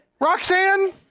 roxanne